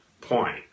point